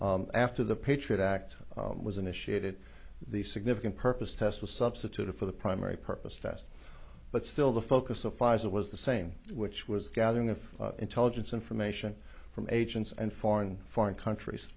after the patriot act was initiated the significant purpose test was substituted for the primary purpose that but still the focus of pfizer was the same which was gathering of intelligence information from agents and foreign foreign countries